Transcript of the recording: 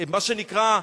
מה שנקרא,